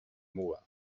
muga